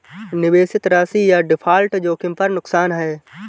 निवेशित राशि या डिफ़ॉल्ट जोखिम पर नुकसान है